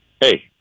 hey